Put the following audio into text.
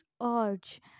urge